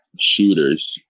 shooters